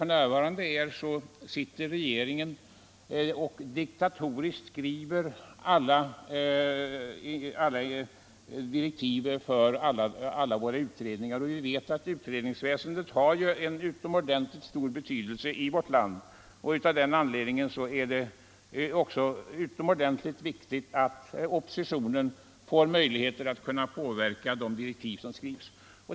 För närvarande skriver t.ex. regeringen diktatoriskt direktiven till alla våra utredningar. Utredningsväsendet har stor betydelse i vårt land, och av den anledningen är det också utomordentligt viktigt att oppositionen får möjligheter att påverka de direktiv som skrivs.